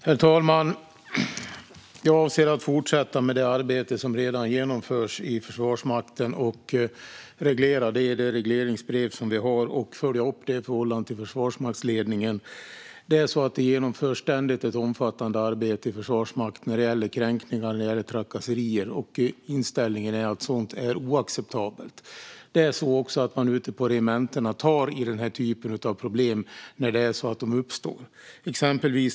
Herr talman! Jag avser att fortsätta med det arbete som redan genomförs i Försvarsmakten, att reglera detta i det regleringsbrev som vi har och att följa upp det i förhållande till Försvarsmaktens ledning. Det genomförs ständigt ett omfattande arbete i Försvarsmakten när det gäller kränkningar och trakasserier. Inställningen är att sådant är oacceptabelt. Ute på regementena tar man tag i denna typ av problem när de uppstår.